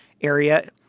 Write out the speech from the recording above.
area